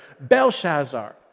Belshazzar